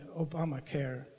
Obamacare